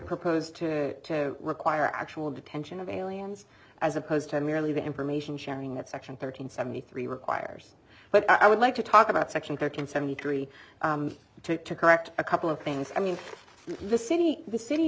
proposed to require actual detention of aliens as opposed to merely the information sharing that section thirteen seventy three requires but i would like to talk about section thirteen seventy three to to correct a couple of things i mean the city the city